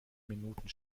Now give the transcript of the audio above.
minuten